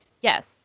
Yes